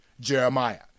Jeremiah